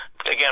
Again